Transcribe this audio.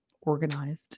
organized